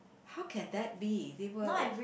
how can that be they were all